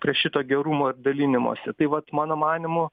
prie šito gerumo ir dalinimosi tai vat mano manymu